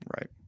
Right